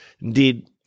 Indeed